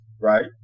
right